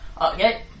Okay